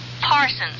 Parsons